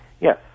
Yes